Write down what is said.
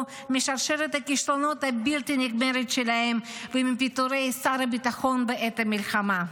משרשרת הכישלונות הבלתי-נגמרת שלהם ומפיטורי שר הביטחון בעת מלחמה.